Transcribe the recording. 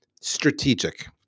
strategic